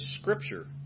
Scripture